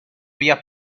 vía